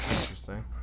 Interesting